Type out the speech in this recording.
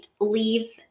leave